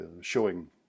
showing